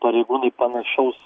pareigūnai panešaus